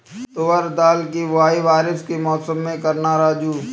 तुवर दाल की बुआई बारिश के मौसम में करना राजू